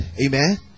amen